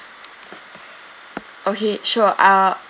okay sure I'll